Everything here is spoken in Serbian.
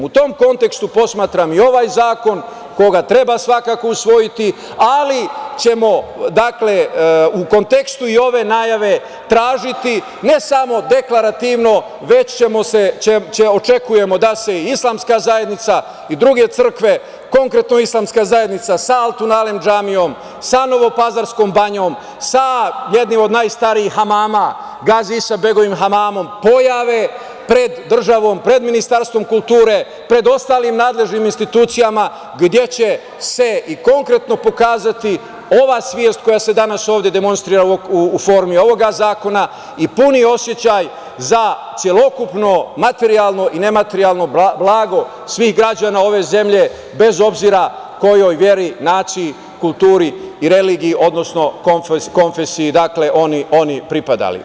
U tom kontekstu posmatram i ovaj zakon, koga treba svakako usvojiti, ali ćemo u kontekstu i ove najave tražiti ne samo deklarativno, već očekujemo da se Islamska zajednica i druge crkve, konkretno Islamska zajednica sa Altun-alem džamijom, sa Novopazarskom banjom, sa jednim od najstarijih hamama, sa Gazi Isa begovim hamamom, pojave pred državom, pred Ministarstvom kulture, pred ostalim nadležnim institucijama, gde će se i konkretno pokazati ova svest koja se danas ovde demonstrira u formi ovog zakona i puni osećaj za celokupno materijalno i nematerijalno blago svih građana ove zemlje, bez obzira kojoj veri, naciji, kulturi i religiji, odnosno konfesiji oni pripadali.